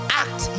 act